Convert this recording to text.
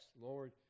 Lord